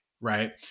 right